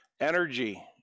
energy